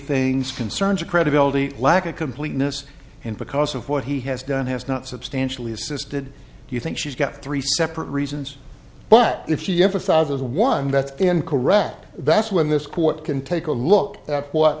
things concerns of credibility lack of completeness and because of what he has done has not substantially assisted you think she's got three separate reasons but if she emphasizes one that's incorrect that's when this court can take a look at what